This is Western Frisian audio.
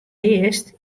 earst